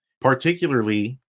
particularly